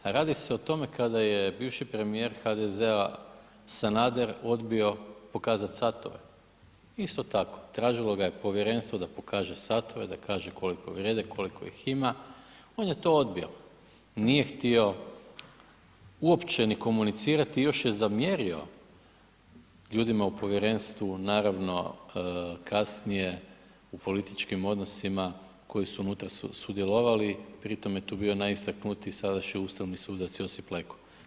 Radi se o tome kada je bivši premijer HDZ-a Sanader odbio pokazati satove, isto tako, tražilo ga je povjerenstvo da pokaže satove, da kaže koliko vrijede, koliko ih ima, on je to odbio, nije htio uopće ni komunicirati, još je i zamjerio ljudima u povjerenstvu naravno kasnije u političkim odnosima koji su unutra sudjelovali pri tome je tu bio najistaknutiji sadašnji ustavni sudac Josip Leko.